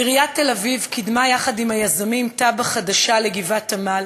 עיריית תל-אביב קידמה יחד עם היזמים תב"ע חדשה לגבעת-עמל,